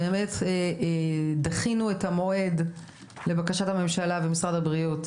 באמת דחינו את המועד לבקשת הממשלה ומשרד הבריאות,